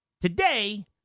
today